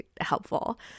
helpful